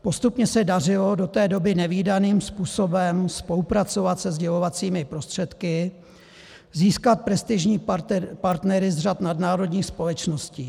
Postupně se dařilo do té doby nevídaným způsobem spolupracovat se sdělovacími prostředky, získat prestižní partnery z řad nadnárodních společností.